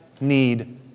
need